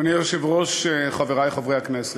אדוני היושב-ראש, חברי חברי הכנסת,